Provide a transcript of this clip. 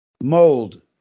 mold